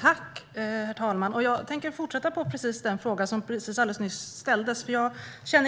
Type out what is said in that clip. Herr talman! Jag tänker fortsätta på samma tema. Vi